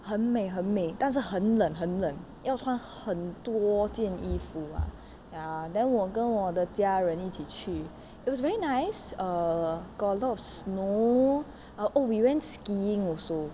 很美很美但是很冷很冷要穿很多件衣服 ah ya then 我跟我的家人一起去 it was very nice err got a lot of snow err oh we went skiing also